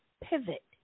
pivot